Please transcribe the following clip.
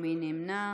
מי נמנע?